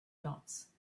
dots